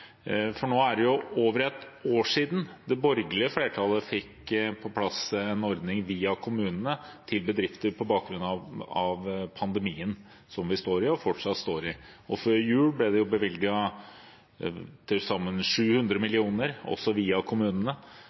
Nå er det over ett år siden det borgerlige flertallet fikk på plass en ordning via kommunene til bedrifter på bakgrunn av pandemien vi sto i, og fortsatt står i. Før jul ble det bevilget til sammen 700 mill. kr, også via kommunene,